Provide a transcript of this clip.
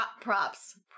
props